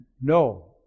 no